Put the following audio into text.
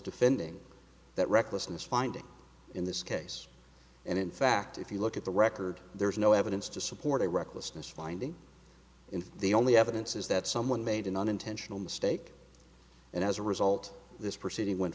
defending that recklessness finding in this case and in fact if you look at the record there is no evidence to support a recklessness finding in the only evidence is that someone made an unintentional mistake and as a result this proceeding went